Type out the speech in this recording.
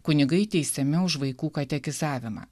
kunigai teisiami už vaikų katekizavimą